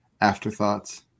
afterthoughts